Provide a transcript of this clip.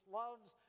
loves